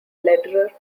lederer